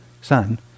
sun